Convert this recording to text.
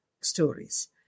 stories